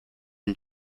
and